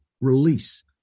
release